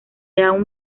aún